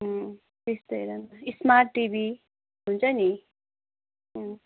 त्यस्तो हेर न स्मार्ट टिभी हुन्छ नि